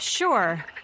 Sure